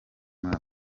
muri